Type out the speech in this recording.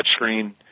touchscreen